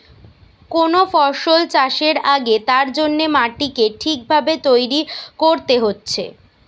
কোন ফসল চাষের আগে তার জন্যে মাটিকে ঠিক ভাবে তৈরী কোরতে হচ্ছে